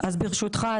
אז ברשותך,